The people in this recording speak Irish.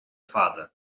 fada